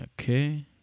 Okay